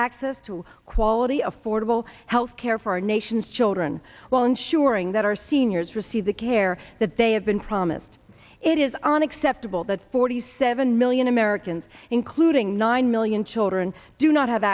access to quality affordable health care for our nation's children while ensuring that our seniors receive the care that they had been promised it is unacceptable that forty seven million americans including nine million children do not have